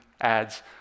ads